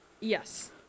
Yes